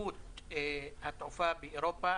נציבות התעופה באירופה,